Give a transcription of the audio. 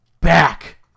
back